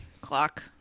clock